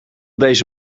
deze